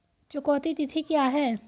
चुकौती तिथि क्या है?